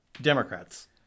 Democrats